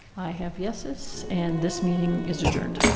i have yeses, and this meeting is adjourned.